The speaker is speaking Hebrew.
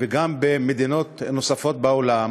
וגם במדינות נוספות בעולם